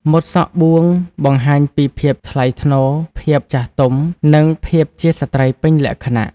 ម៉ូតសក់បួងបង្ហាញពីភាពថ្លៃថ្នូរ ភាពចាស់ទុំ និងភាពជាស្ត្រីពេញលក្ខណៈ។